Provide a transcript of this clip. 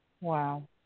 Wow